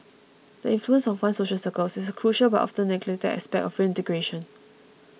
the influence of one's social circles is a crucial but oft neglected aspect of reintegration